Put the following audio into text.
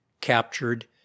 captured